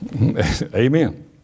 Amen